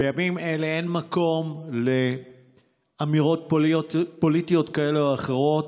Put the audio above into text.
בימים אלה אין מקום לאמירות פוליטיות כאלה או אחרות.